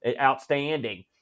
outstanding